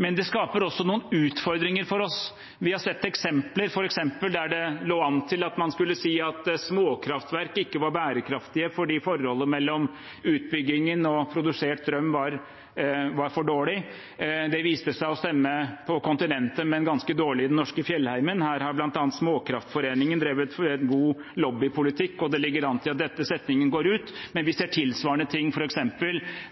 Men det skaper også noen utfordringer for oss. Vi har sett eksempler f.eks. der det lå an til at man skulle si at småkraftverk ikke var bærekraftige fordi forholdet mellom utbyggingen og produsert strøm var for dårlig. Det viste seg å stemme på kontinentet, men ganske dårlig i den norske fjellheimen. Her har bl.a. Småkraftforeningen drevet god lobbypolitikk, og det ligger an til at denne setningen går ut, men vi ser tilsvarende ting f.eks.